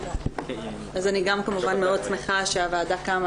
אני גם כמובן מאוד שמחה שהוועדה קמה